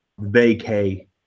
vacay